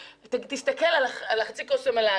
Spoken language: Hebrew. תסתכל על חצי הכוס המלאה.